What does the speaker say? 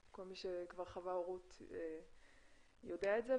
כל מי שכבר חווה הורות יודע את זה,